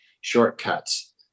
shortcuts